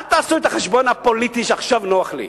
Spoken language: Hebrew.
אל תעשו את החשבון הפוליטי שעכשיו נוח לי.